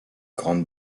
grandes